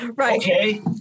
Okay